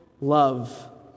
love